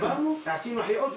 עשינו החייאות.